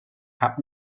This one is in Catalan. cap